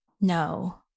No